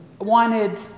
wanted